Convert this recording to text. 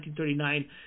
1939